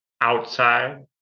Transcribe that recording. Outside